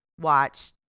watch